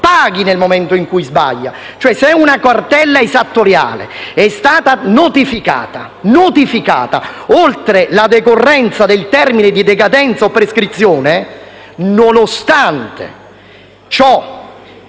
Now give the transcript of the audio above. paghi nel momento in cui sbaglia e quindi, se una cartella esattoriale è stata notificata oltre la decorrenza del termine di decadenza o prescrizione, ancorché